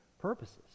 purposes